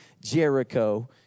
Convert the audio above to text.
Jericho